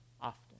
often